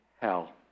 hell